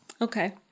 okay